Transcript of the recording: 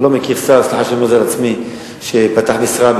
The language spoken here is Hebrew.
אני לא מכיר שר,